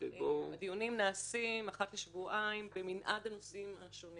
הדיונים מתקיימים אחת לשבועיים במנעד הנושאים השונים